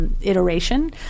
Iteration